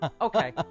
Okay